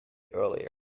earlier